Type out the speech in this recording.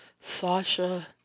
Sasha